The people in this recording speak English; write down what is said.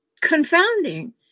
confounding